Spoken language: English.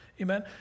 Amen